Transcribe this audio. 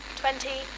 twenty